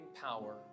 power